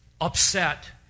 upset